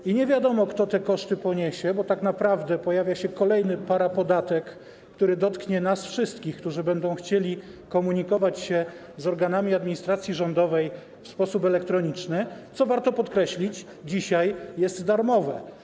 I nie wiadomo, kto te koszty poniesie, bo tak naprawdę pojawia się kolejny parapodatek, który dotknie nas wszystkich, którzy będą chcieli komunikować się z organami administracji rządowej w sposób elektroniczny, co dzisiaj, co warto podkreślić, jest darmowe.